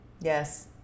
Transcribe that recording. Yes